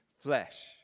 flesh